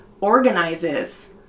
organizes